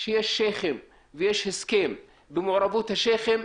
כשיש שייחים ויש הסכם במעורבות השייחים,